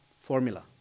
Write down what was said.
Formula